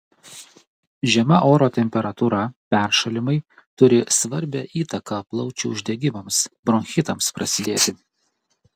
žema oro temperatūra peršalimai turi svarbią įtaką plaučių uždegimams bronchitams prasidėti